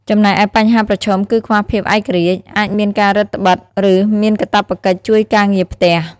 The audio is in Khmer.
ចំណែកឯបញ្ហាប្រឈមគឺខ្វះភាពឯករាជ្យ អាចមានការរឹតត្បិត ឬមានកាតព្វកិច្ចជួយការងារផ្ទះ។